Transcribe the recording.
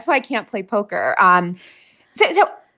so i can't play poker. um so so